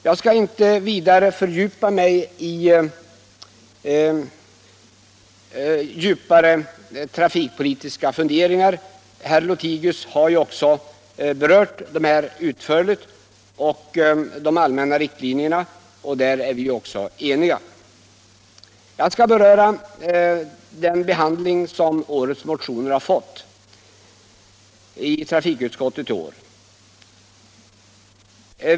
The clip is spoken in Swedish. Jag skall inte vidare fördjupa mig i några mer ingående trafikpolitiska funderingar. Herr Lothigius har utförligt berört de allmänna riktlinjerna, och där är vi eniga. Jag skall nu i stället beröra den behandling som årets motioner fått i trafikutskottet.